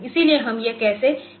इसलिए हम यह कैसे करते हैं